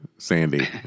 Sandy